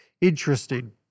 Interesting